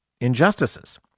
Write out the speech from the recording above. injustices